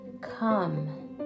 come